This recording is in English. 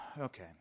Okay